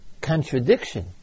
contradiction